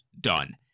Done